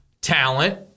talent